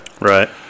Right